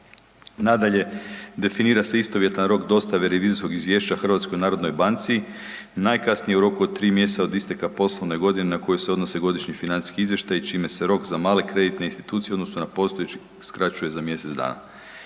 Nadalje, definira se istovjetan rok dostave revizorskog izvješća HNB-u najkasnije u roku od 3. mjeseca od isteka poslovne godine na koju se odnose godišnji financijski izvještaji čime se rok za male kreditne institucije u odnosu na postojeće skraćuje za mjesec dana.